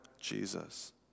Jesus